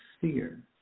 fear